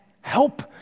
help